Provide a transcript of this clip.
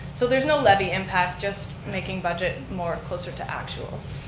so there's no levy impact, just making budget more closer to actuals.